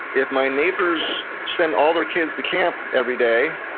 if my neighbors send all their kids to camp every day,